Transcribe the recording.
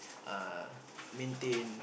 uh maintain